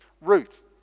Ruth